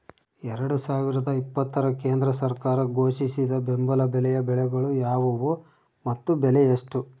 ಎರಡು ಸಾವಿರದ ಇಪ್ಪತ್ತರ ಕೇಂದ್ರ ಸರ್ಕಾರ ಘೋಷಿಸಿದ ಬೆಂಬಲ ಬೆಲೆಯ ಬೆಳೆಗಳು ಯಾವುವು ಮತ್ತು ಬೆಲೆ ಎಷ್ಟು?